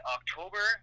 October